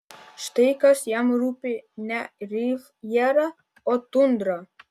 štai kas jam rūpi ne rivjera o tundra